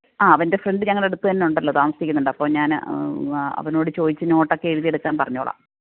ആ അവന്റെ ഫ്രണ്ട് ഞങ്ങളുടെ അടുത്ത് തന്നെ ഉണ്ടല്ലൊ താമസിക്കുന്നുണ്ട് അപ്പോൾ ഞാന് വ അവനോട് ചോദിച്ച് നോട്ട് ഒക്കെ എഴുതി എടുക്കാന് പറഞ്ഞോളാം